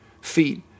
feet